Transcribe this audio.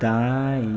दाएँ